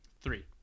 three